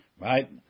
Right